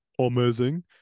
amazing